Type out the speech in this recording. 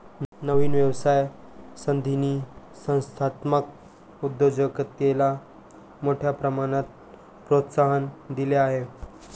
नवीन व्यवसाय संधींनी संस्थात्मक उद्योजकतेला मोठ्या प्रमाणात प्रोत्साहन दिले आहे